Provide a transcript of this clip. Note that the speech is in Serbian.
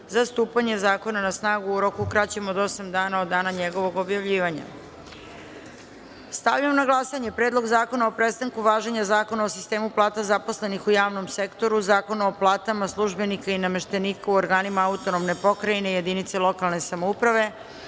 za stupanje zakona na snagu u roku kraćem od osam dana od njegovog objavljivanja. Stavljam na glasanje Predlog zakona o prestanku važenja Zakona o sistemu plata zaposlenih u javnom sektoru, Zakona o platama službenika i nameštenika u organima AP i jedinici lokalne samouprave,